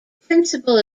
principal